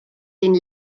den